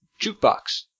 Jukebox